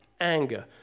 anger